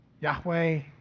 Yahweh